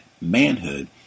manhood